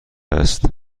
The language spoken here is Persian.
است